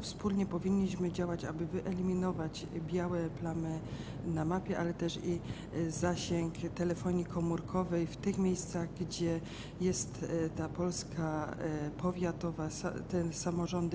wspólnie powinnyśmy działać, aby wyeliminować białe plamy na mapie, ale też rozszerzyć zasięg telefonii komórkowej w tych miejscach, gdzie jest Polska powiatowa, biedniejsze samorządy.